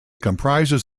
comprises